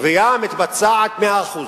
גבייה מתבצעת מאה אחוז.